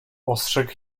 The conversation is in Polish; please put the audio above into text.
ostrzegł